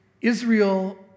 Israel